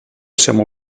siamo